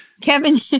Kevin